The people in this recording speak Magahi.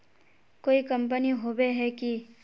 कोई कंपनी होबे है की?